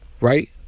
Right